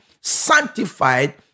sanctified